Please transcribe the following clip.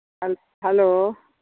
hello